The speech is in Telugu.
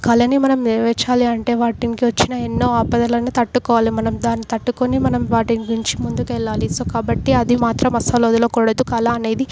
కళని మనం నెరవేర్చాలి అంటే వాటికి వచ్చిన ఎన్నో ఆపదలన్నీ తట్టుకోవాలి మనం దాన్ని తట్టుకొని మనం వాటిని మించి ముందుకి వెళ్ళాలి సో కాబట్టి అది మాత్రం అస్సలు వదలకూడదు కళ అనేది